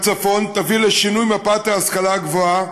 תביא לשינוי מפת ההשכלה הגבוהה,